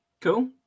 Cool